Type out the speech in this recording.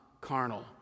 carnal